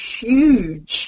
huge